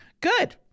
Good